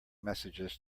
messages